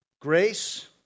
Grace